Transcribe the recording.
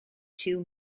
two